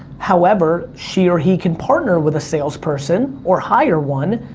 however, she or he can partner with a salesperson, or hire one,